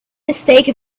mistake